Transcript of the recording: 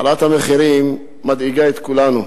העלאת המחירים מדאיגה את כולנו,